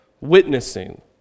witnessing